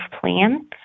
plan